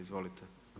Izvolite.